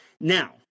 Now